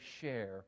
share